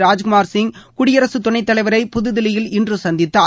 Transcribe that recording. ராஜ்குமார் சிங் குடியரசுத் துணைத்தலைவரை புதுதில்லியில் இன்று சந்தித்தார்